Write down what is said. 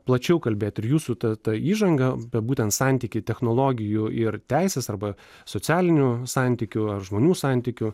plačiau kalbėt ir jūsų ta ta įžanga va būtent santykiai technologijų ir teisės arba socialinių santykių ar žmonių santykių